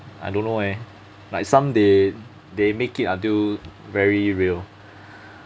I don't know eh like some they they make it until very real